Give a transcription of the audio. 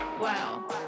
wow